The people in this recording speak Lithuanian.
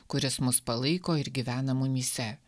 kuris mus palaiko ir gyvena mumyse